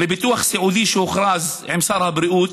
לביטוח סיעודי, מה שהוכרז עם משרד הבריאות,